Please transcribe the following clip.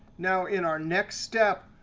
now, in our next step,